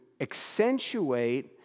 accentuate